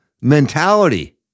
mentality